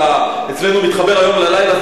אצלנו מתחבר היום ללילה,